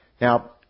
Now